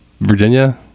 Virginia